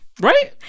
Right